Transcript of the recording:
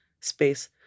space